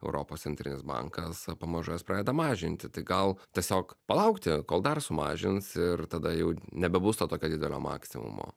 europos centrinis bankas pamažu jas pradeda mažinti tai gal tiesiog palaukti kol dar sumažins ir tada jau nebebus to tokio didelio maksimumo